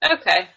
Okay